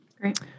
Great